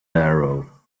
darrow